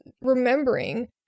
remembering